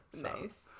Nice